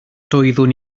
doeddwn